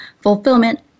fulfillment